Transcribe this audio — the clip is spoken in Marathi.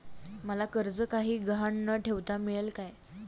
मला कर्ज काही गहाण न ठेवता मिळेल काय?